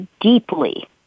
deeply